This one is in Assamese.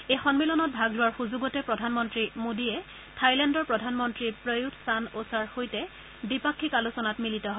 এই সন্মিলনত ভাগ লোৱাৰ সুযোগতে প্ৰধানমন্ত্ৰী মোডীয়ে থাইলেণ্ডৰ প্ৰধানমন্ত্ৰী প্ৰয়ুথ চান অ'ছাৰ সৈতে দ্বিপাক্ষিক আলোচনাত মিলিত হয়